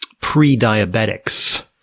pre-diabetics